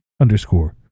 underscore